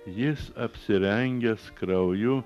jis apsirengęs krauju